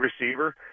receiver